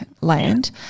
land